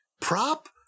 prop